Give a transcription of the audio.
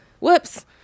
whoops